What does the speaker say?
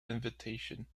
invitation